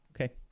Okay